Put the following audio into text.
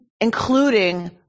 including